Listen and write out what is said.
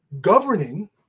governing